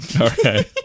Okay